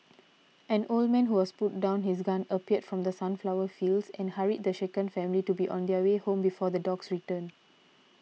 an old man who was putting down his gun appeared from the sunflower fields and hurried the shaken family to be on their way before the dogs return